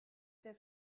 der